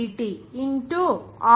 r కు సమానంగా ఉంటుంది